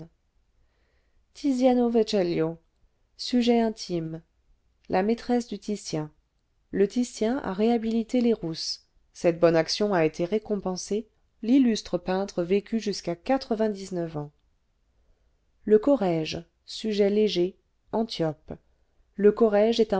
sujet intime la maîtresse du titien le titien a réhabibté les rousses cette bonne action a été récompensée l'illustre peintre vécut jusqu'à quatre-vingt-dix-neuf ans le corrège sujet léger antiope le corrège est